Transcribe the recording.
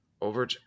Over